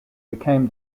became